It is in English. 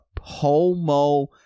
homo